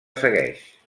segueix